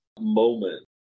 moment